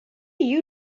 you